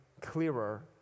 clearer